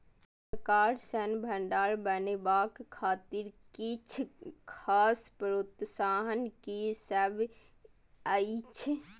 सरकार सँ भण्डार बनेवाक खातिर किछ खास प्रोत्साहन कि सब अइछ?